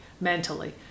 mentally